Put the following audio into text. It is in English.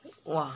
!wah!